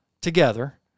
Together